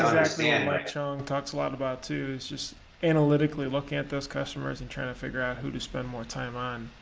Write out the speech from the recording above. exactly what and mike chong talks a lot about too, is just analytically looking at those customers and trying to figure out who to spend more time on.